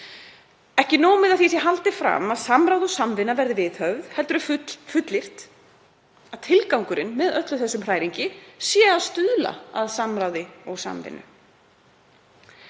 Ekki er nóg með að því sé haldið fram að samráð og samvinna verði viðhöfð heldur er fullyrt að tilgangurinn með öllum þessum hræringum sé að stuðla að samráði og samvinnu.